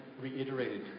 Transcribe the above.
reiterated